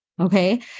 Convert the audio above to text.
Okay